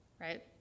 right